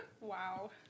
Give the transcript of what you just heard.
Wow